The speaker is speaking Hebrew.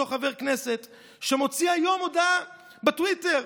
אותו חבר כנסת שמוציא היום הודעה בטוויטר.